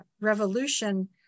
revolution